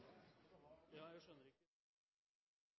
Ja, jeg